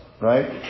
right